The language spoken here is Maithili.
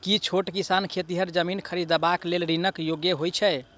की छोट किसान खेतिहर जमीन खरिदबाक लेल ऋणक योग्य होइ छै?